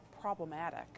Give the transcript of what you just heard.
problematic